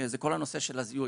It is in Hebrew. זה כל הנושא של הזיהוי,